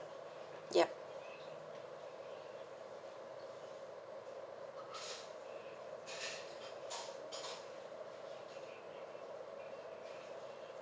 yup